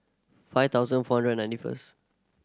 five thousand four hundred ninety first